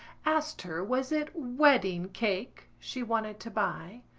asked her was it wedding-cake she wanted to buy.